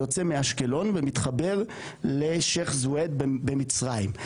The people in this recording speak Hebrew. צינור שיוצא מאשקלון ומתחבר לשייח' זוויד במצרים.